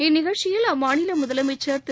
இந்நிகழ்ச்சியில் அம்மாநில முதலமைச்சர் திரு